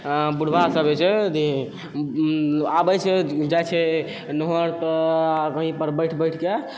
बुढ़वा सब जे छै आबै छै जाइ छै नहरपर आ कहीँपर बैठ बैठके